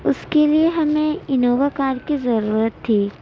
اس کے لیے ہمیں انووا کار کی ضرورت تھی